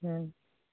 ᱦᱮᱸ